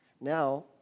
Now